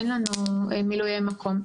אין לנו מילויי מקום,